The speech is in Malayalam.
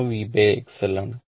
iL VXL ആണ്